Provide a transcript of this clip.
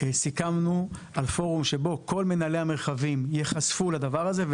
סיכמנו על פורום שבו כל מנהלי המרחבים ייחשפו לדבר הזה,